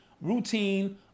routine